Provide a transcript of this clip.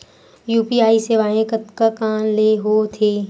UPI सेवाएं कतका कान ले हो थे?